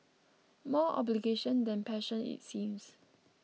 more obligation than passion it seems